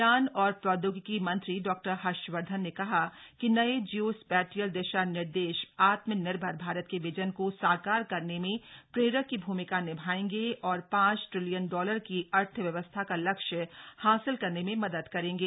विज्ञान और प्रौदयोगिकी मंत्री डॉक्टर हर्षवर्धन ने कहा कि नये जियो स्पैटियल दिशा निर्देश आत्मनिर्भर भारत के विजन को साकार करने में प्रेरक की भूमिका निभाएंगे और पांच ट्रिलियन डॉलर की अर्थव्यवस्था का लक्ष्य हासिल करने में मदद करेंगे